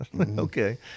Okay